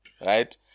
right